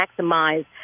maximize